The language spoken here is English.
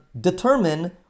determine